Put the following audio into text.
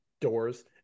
doors